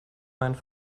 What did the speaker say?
meinen